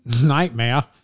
Nightmare